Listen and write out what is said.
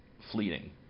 fleeting